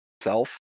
self